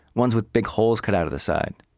ones with big holes cut out of the side.